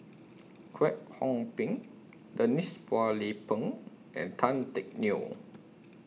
Kwek Hong Png Denise Phua Lay Peng and Tan Teck Neo